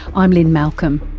i'm lynne malcolm.